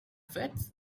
fits